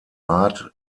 art